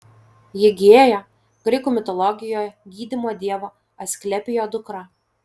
higiėja graikų mitologijoje gydymo dievo asklepijo dukra